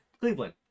Cleveland